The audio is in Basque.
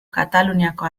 kataluniako